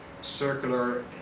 circular